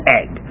egg